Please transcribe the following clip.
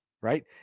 right